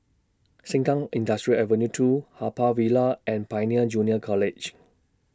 Sengkang Industrial Avenue two Haw Par Villa and Pioneer Junior College